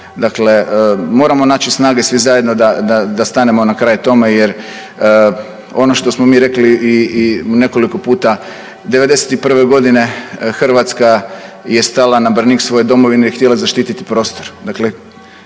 Dakle, moramo naći snage svi zajedno da stanemo na kraj tome jer ono što smo mi rekli i nekoliko puta, 1991. godine Hrvatska je stala na branik svoje domovine jer je htjela zaštiti prostor.